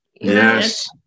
Yes